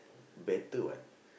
better what